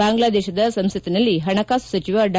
ಬಾಂಗ್ಲಾದೇಶದ ಸಂಸತ್ನಲ್ಲಿ ಪಣಕಾಸು ಸಚಿವ ಡಾ